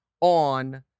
on